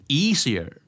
easier